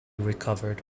recovered